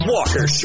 Walker